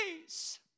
please